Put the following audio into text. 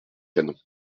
canons